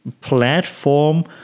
platform